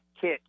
kit